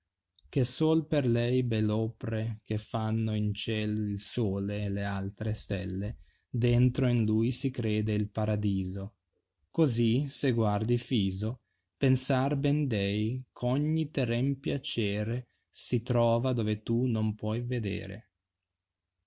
che sol per le belpopre che fanno in ciel il sole e v altre stelle dentro in lui si crede il paradiso così se guardi fiso pensar ben dei cli ogni terreo piacere si trova dove tu non puoi vedere